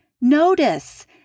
notice